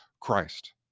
Christ